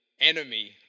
enemy